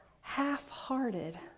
half-hearted